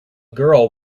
girl